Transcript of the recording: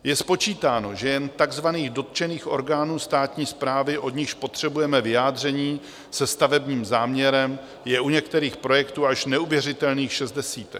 Je spočítáno, že jen takzvaných dotčených orgánů státní správy, od nichž potřebujeme vyjádření se stavebním záměrem, je u některých projektů až neuvěřitelných šest desítek.